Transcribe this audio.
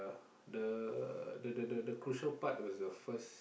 the the the the the crucial part was the first